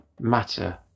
matter